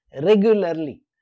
regularly